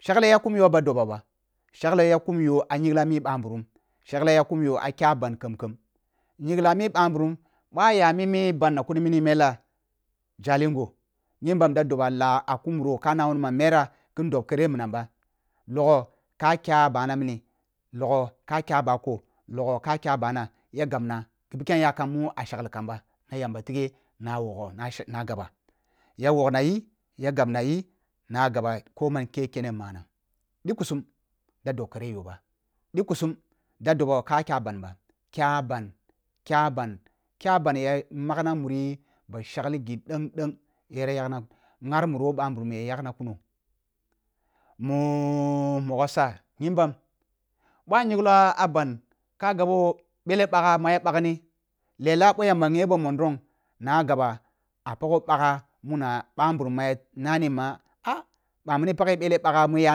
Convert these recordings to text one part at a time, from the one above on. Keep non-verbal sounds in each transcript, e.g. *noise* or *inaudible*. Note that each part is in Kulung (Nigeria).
Shagle ya kum yoh aba dobo ba shalge ya kum yoh ah nyingla mi ɓa nburum shagle ya kum yoh ah kya ban khem-khem nyingla mi ba nburum ba aya mi mi ban na kuni mini na mela jalingo nyimbam da doba la ah ku muro ka na ma mera ken dob kede minam ba logho ka kya bana bmini logho ka kya bako logho ka kya bana ya gauna ghi bikeng yakam mu a shagli kam ba na yamba tighe na wogho na gaba ya wogh na yi ja gabna yi na gaba ko man ke kene manang ɗukusum da ɗon kere yoh bah ɗukusum da dobo ka kyaban ba kya ban – kya ban kya ban ya magna mun ba shagli ghi ɗengɗeng yara yag na mar muri woh ɓanburum mu yera yagna mar muri woh banburum mu yera yagna kuno *hesitation* sa nyimbam boh a nyingho ah ban ka gabo ɓelle bagha mu ya bagh ni lela boh yamba nghe boa mollong na gaba au pagho dagha muna ɓanburum ma ya nani ma ah ba mini paghe ɓegha mu ya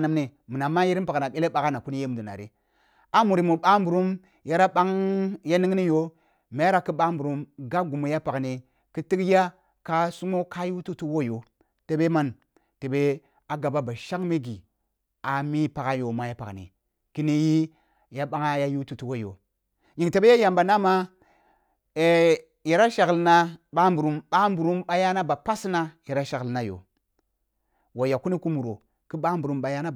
na mini minam ma npaghe belle ɓagha na kuni yeh mudo nari ah muri mu banburum yara bang ya ningniyo mera ki ɓa nburum gab ghimu ya pagni ki tig ya a sungho ka yu tutuh woh yoh tebeh man tebeh ah gaba ba shangme ghi a mi pagha yo ma pagni kini yi ya bagha ya yu tutuh woh yo nying tebo yamba na mah *hesitation* yata shaglina ɓanburum-ɓa nburum ɓa yana ba pasina yara shaglina jo wa yak kuni ku muro ki ba nburum ba yana ba.